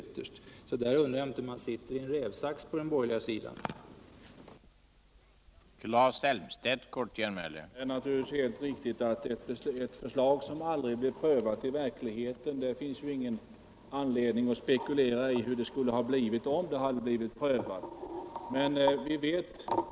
Jag undrar därför om inte den borgerliga sidan på den punkten sitter i en rävsax.